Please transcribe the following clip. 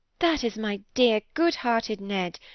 that is my dear, good-hearted ned!